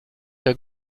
der